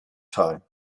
time